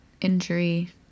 injury